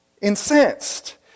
incensed